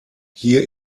hier